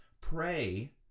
pray